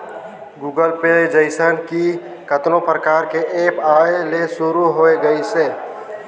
Google Pay जइसन ही कतनो परकार के ऐप आये ले शुरू होय गइसे